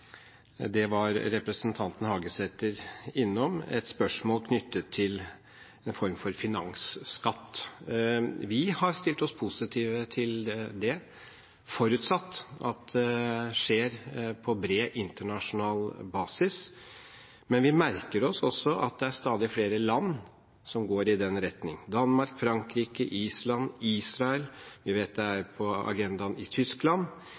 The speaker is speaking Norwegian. representanten Hagesæter var innom, et spørsmål knyttet til en form for finansskatt. Vi har stilt oss positive til det, forutsatt at det skjer på bred internasjonal basis, men vi merker oss også at det er stadig flere land som går i den retning – Danmark, Frankrike, Island, Israel, og vi vet det er på agendaen i Tyskland.